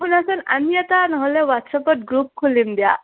শুনাচোন আমি এটা নহ'লে হোৱাটছএপত গ্ৰুপ খুলিম দিয়া